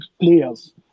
players